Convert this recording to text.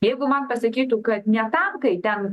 jeigu man pasakytų kad ne tankai ten